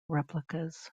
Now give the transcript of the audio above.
replicas